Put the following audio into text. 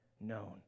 known